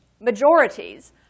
majorities